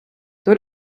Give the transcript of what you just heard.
door